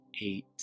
Eight